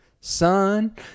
son